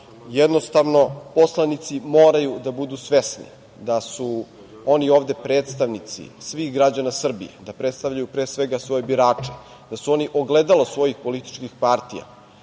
Jednostavno poslanici moraju da budu svesni da su oni ovde predstavnici svih građana Srbije, da predstavljaju pre svega svoje birače, da su oni ogledalo svojih političkih partija,